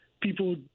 people